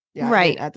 Right